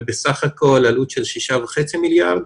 בסך הכול עלות של שישה וחצי מיליארד.